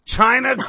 China